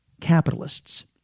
capitalists